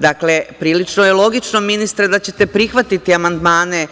Dakle, prilično je logično ministre da ćete prihvatiti amandmane